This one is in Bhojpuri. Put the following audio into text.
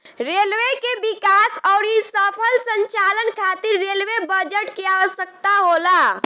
रेलवे के विकास अउरी सफल संचालन खातिर रेलवे बजट के आवसकता होला